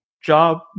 job